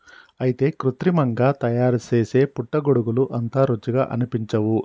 అయితే కృత్రిమంగా తయారుసేసే పుట్టగొడుగులు అంత రుచిగా అనిపించవు